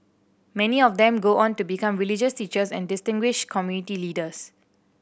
many of them go on to become religious teachers and distinguished community leaders